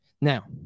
Now